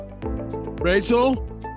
Rachel